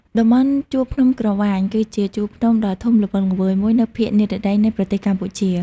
តំបន់ជួរភ្នំក្រវាញ គឺជាជួរភ្នំដ៏ធំល្វឹងល្វើយមួយនៅភាគនិរតីនៃប្រទេសកម្ពុជា។